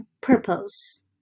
purpose